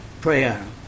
prayer